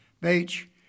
beach